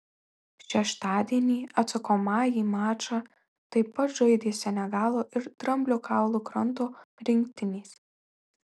šeštadienį atsakomąjį mačą taip pat žaidė senegalo ir dramblio kaulo kranto rinktinės